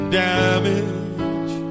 damage